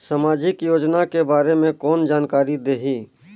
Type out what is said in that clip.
समाजिक योजना के बारे मे कोन जानकारी देही?